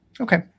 Okay